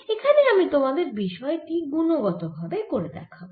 এখানে আমি তোমাদের বিষয় টি গুণগত ভাবে করে দেখাব